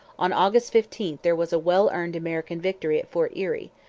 on august fifteen there was a well-earned american victory at fort erie,